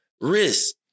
risk